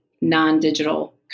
non-digital